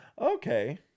Okay